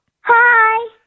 Hi